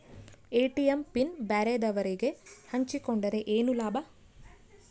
ATM pin ಬ್ಯಾರೆದವರಗೆ ಹಂಚಿಕೊಂಡರೆ ಏನು ಲಾಭ?